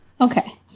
okay